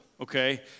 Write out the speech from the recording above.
okay